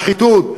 בשחיתות.